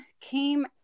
came